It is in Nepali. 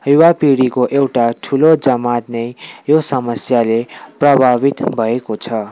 युवा पिँडीको एउटा ठुलो जमात नै यो समस्याले प्रभावित भएको छ